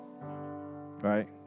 Right